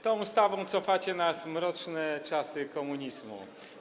Tą ustawą cofacie nas w mroczne czasy komunizmu.